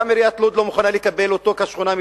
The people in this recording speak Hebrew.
גם עיריית לוד לא מוכנה לקבל אותו כשכונה של